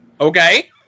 Okay